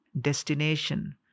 destination